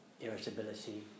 irritability